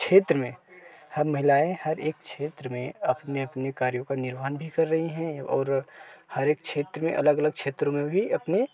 क्षेत्र में हर महिलाएँ हर एक क्षेत्र में अपने अपने कार्यो का निर्वाहन भी कर रही हैं और हर एक क्षेत्र में अलग अलग क्षेत्र में भी अपने